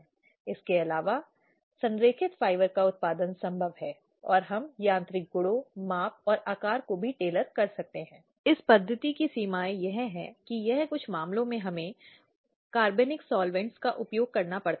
क्योंकि यह उस पीड़ित के लिए आकस्मिक हो सकता है जिसे फिर से उत्पीड़नकर्ता का सामना करना पड़ता है और कभी कभी उत्पीड़नकर्ता पीड़ित के साथ अपने व्यवहार के मामले में अधिक आक्रामक या अधिक नीच हो सकता है